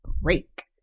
break